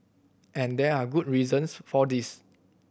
and there are good reasons for this